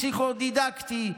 עם אבחון פסיכו-דידקטי,